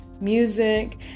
music